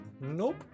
nope